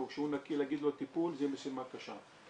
כשהוא נקי ולהגיד לו טיפול זו משימה קשה.